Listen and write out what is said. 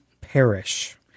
perish